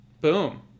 Boom